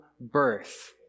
birth